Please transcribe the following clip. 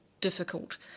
difficult